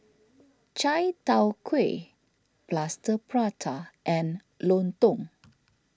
Chai Tow Kuay Plaster Prata and Lontong